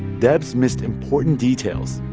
debs missed important details,